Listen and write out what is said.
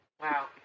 Wow